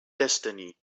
destiny